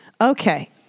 Okay